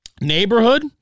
neighborhood